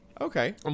Okay